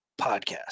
podcast